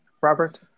Robert